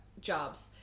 jobs